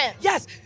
Yes